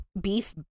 beef